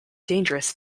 dangerous